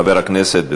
חבר הכנסת.